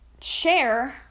share